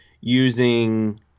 using